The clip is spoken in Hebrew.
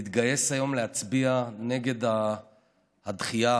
להתגייס היום להצביע נגד הדחייה,